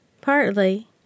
Partly